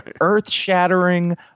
Earth-shattering